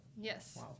Yes